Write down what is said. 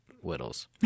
whittles